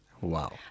Wow